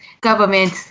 government